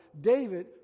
David